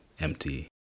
empty